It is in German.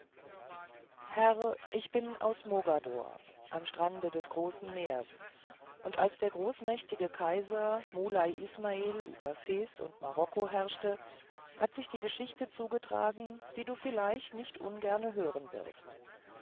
herr ich bin aus mogador am strande des großen meers und als der großmächtigste kaiser muley ismael über fez und marokko herrschte hat sich die geschichte zugetragen die du vielleicht nicht ungerne hören wirst